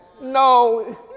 No